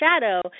shadow